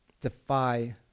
defy